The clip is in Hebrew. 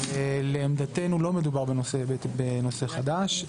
לעמדתנו לא מדובר בנושא חדש.